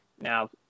now